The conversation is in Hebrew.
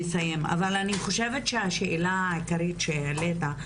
השאלה העיקרית שהעלית,